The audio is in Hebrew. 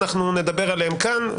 נדבר עליהם כאן,